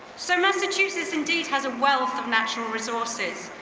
so massachusetts indeed has a wealth of natural resources.